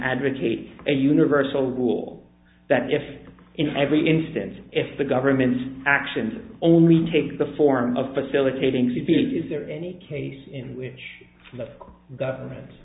advocate a universal rule that if in every instance if the government's actions only take the form of facilitating c p is there any case in which the government